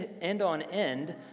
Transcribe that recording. end-on-end